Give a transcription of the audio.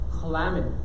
Calamity